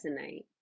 resonate